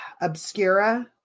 obscura